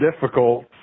difficult